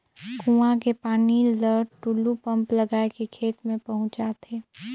कुआं के पानी ल टूलू पंप लगाय के खेत में पहुँचाथे